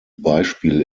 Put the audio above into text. beispiel